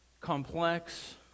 complex